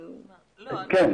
כן.